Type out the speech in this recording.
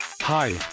Hi